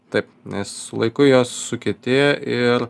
taip nes su laiku jos sukietėja ir